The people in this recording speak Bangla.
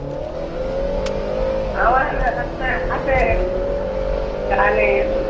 আমার একটা হাতের কানের